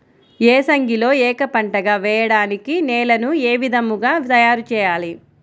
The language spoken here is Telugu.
ఏసంగిలో ఏక పంటగ వెయడానికి నేలను ఏ విధముగా తయారుచేయాలి?